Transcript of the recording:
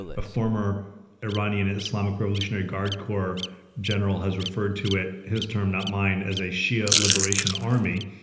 a former iranian islamic revolutionary guard corps general has referred to it his term, not mine, as a shia liberation army.